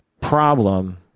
problem